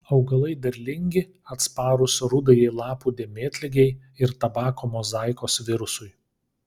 augalai derlingi atsparūs rudajai lapų dėmėtligei ir tabako mozaikos virusui